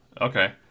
Okay